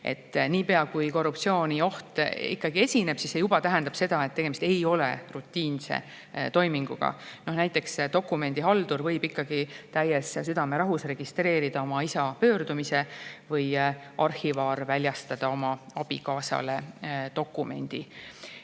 Niipea kui korruptsioonioht ikkagi esineb, see juba tähendab, et tegemist ei ole rutiinse toiminguga. Näiteks dokumendihaldur võib ikkagi täies südamerahus registreerida oma isa pöördumise või arhivaar väljastada oma abikaasale dokumendi.